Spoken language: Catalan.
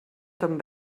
ton